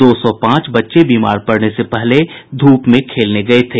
दो सौ पांच बच्चे बीमार पड़ने से पहले धूप में खेलने गये थे